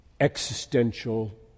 existential